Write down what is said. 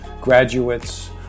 graduates